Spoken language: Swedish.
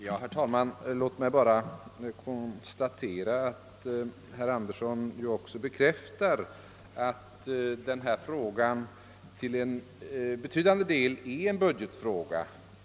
Herr talman! Låt mig bara konstatera att också herr Andersson i Örebro bekräftar att detta till betydande del är en budgetfråga.